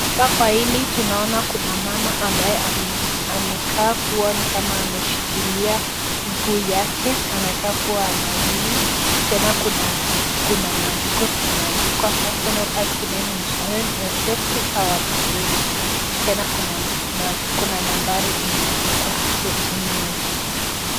Hapa kwa hili tunaona kuna mama ambaye amekaa kuwa ni kama ameshikilia mguu yake. Anakaa kuwa anaumia, tena kuna maandiko zimeandika [personal accident insurance, your safety power priority]. Tena kuna nambari imeandikwa hapo chini yake.